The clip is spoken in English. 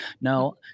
no